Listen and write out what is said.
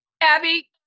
Abby